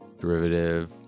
derivative